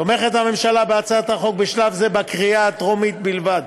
תומכת הממשלה בהצעת החוק בשלב זה בקריאה הטרומית בלבד,